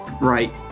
right